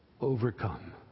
overcome